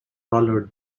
followed